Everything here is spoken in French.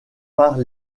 par